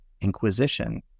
Inquisition